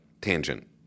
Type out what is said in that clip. tangent